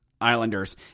Islanders